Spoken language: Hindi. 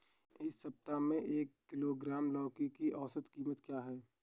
इस सप्ताह में एक किलोग्राम लौकी की औसत कीमत क्या है?